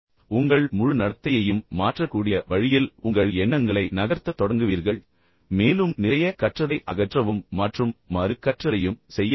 உங்கள் முழு நடத்தையையும் மாற்றக்கூடிய வழியில் உங்கள் எண்ணங்களை நகர்த்தத் தொடங்குவீர்கள் மேலும் நிறைய கற்றதை அகற்றவும் மற்றும் மறு கற்றலையும் செய்ய முடியும்